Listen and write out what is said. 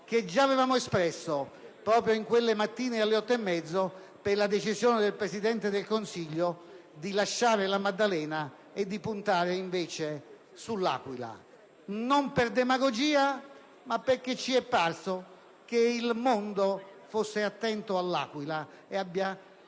che già avevamo espresso proprio in quelle mattine, alle ore 8,30 - per la decisione del Presidente del Consiglio di lasciare La Maddalena e di puntare invece sull'Aquila, non per demagogia, ma perché ci è parso che il mondo fosse attento all'Aquila ed abbia